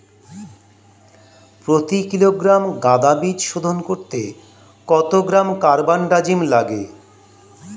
প্রতি কিলোগ্রাম গাঁদা বীজ শোধন করতে কত গ্রাম কারবানডাজিম লাগে?